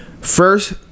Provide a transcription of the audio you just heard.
first